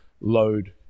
load